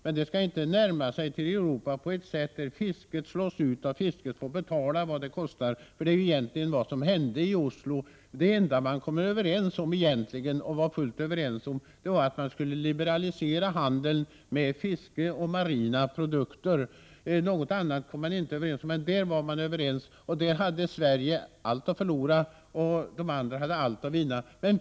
Men vi skall inte närma oss Europa på ett sådant sätt att fisket slås ut, så att fisket får betala vad detta kostar. Det var egentligen det som hände i Oslo. Det enda man egentligen var fullt överens om var att man skulle liberalisera handeln med fisk och marina produkter. Sverige hade där allt att förlora och de andra länderna allt att vinna.